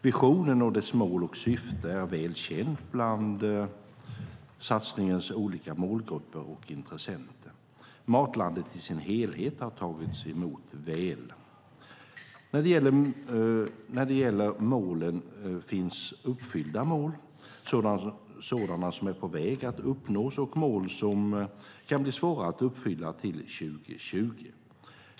Visionen och dess mål och syfte är väl kända bland satsningens olika målgrupper och intressenter. Matlandet i sin helhet har tagits emot väl. När det gäller målen finns uppfyllda mål, sådana som är på väg att uppnås och mål som kan bli svåra att uppfylla till 2020.